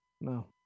no